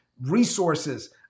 resources